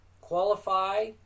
qualify